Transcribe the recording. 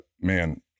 man